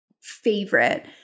favorite